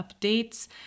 updates